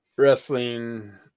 Wrestling